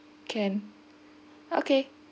can okay